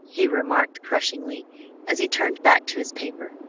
he remarked crushingly as he turned back to his paper.